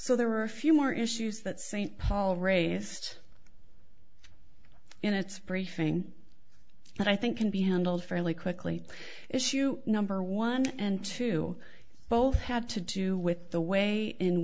so there are a few more issues that st paul raised in its briefing that i think can be handled fairly quickly issue number one and two both had to do with the way in